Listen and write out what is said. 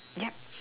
yup